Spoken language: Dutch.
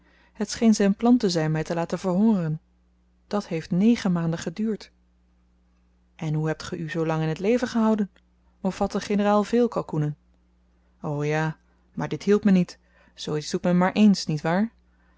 het scheen zyn plan te zyn my te laten verhongeren dat heeft negen maanden geduurd en hoe hebt ge u zoolang in t leven gehouden of had de generaal véél kalkoenen o ja maar dit hielp me niet zoo iets doet men maar ééns niet waar